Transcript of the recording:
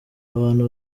abantu